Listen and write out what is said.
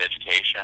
education